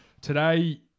Today